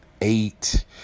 eight